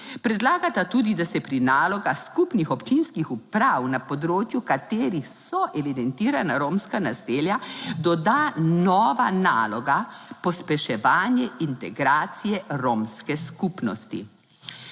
Predlagata tudi, da se pri nalogah skupnih občinskih uprav, na področju katerih so evidentirana romska naselja, doda nova naloga: pospeševanje integracije romske skupnosti.